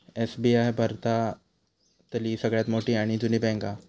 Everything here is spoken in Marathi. एस.बी.आय भारतातली सगळ्यात मोठी आणि जुनी बॅन्क हा